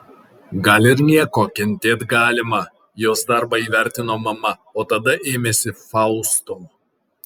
gal ir nieko kentėt galima jos darbą įvertino mama o tada ėmėsi fausto